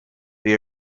they